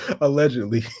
Allegedly